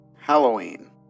Halloween